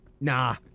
Nah